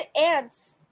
ants